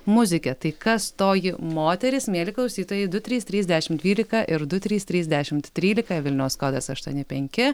muzike tai kas toji moteris mieli klausytojai du trys trys dešimt dvylika ir du trys trys dešimt trylika vilniaus kodas aštuoni penki